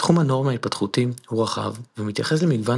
תחום הנורמה ההתפתחותי הוא רחב ומתייחס למגוון